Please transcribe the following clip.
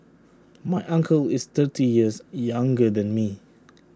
my uncle is thirty years younger than me